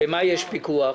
במה יש פיקוח?